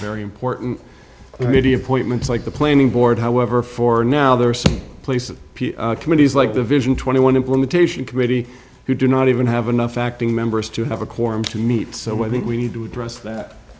very important radio appointments like the planning board however for now there are some places committees like the vision twenty one implementation committee who do not even have enough acting members to have a quorum to meet so i think we need to address that